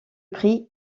prix